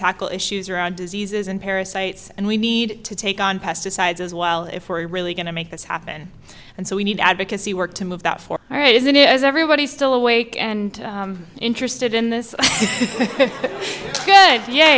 tackle issues around diseases and parasites and we need to take on pesticides as well if we're really going to make this happen and so we need advocacy work to move that for right is that is everybody still awake and interested in this good yeah